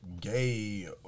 gay